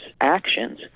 actions